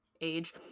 age